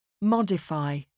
Modify